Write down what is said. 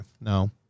no